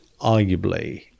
arguably